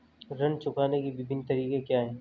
ऋण चुकाने के विभिन्न तरीके क्या हैं?